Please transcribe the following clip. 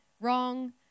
wrong